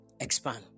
Expand